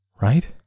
Right